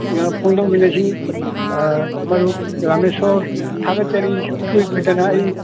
ꯐꯣꯡꯗꯣꯛꯃꯤꯟꯅꯁꯤ ꯃꯔꯨꯞ ꯔꯥꯃꯦꯁꯣꯔ ꯊꯥꯒꯠꯆꯔꯤ ꯏꯀꯨꯏ ꯀꯨꯏꯗꯅ ꯑꯩ